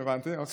הבנתי, אוקיי.